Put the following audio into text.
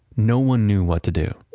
no one knew what to do